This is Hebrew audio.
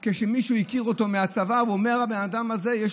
כי מישהו הכיר אותו מהצבא, והוא אומר שלאדם הזה יש